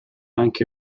anche